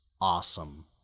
awesome